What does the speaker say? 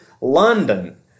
London